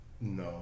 No